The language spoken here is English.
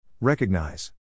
Recognize